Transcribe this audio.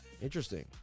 Interesting